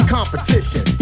Competition